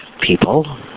people